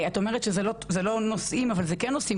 את אומרת שזה לא נושאי, אבל זה כן נושאי.